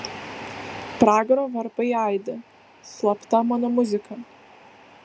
pragaro varpai aidi slapta mano muzika